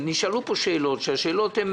נשאלו כאן שאלות שהן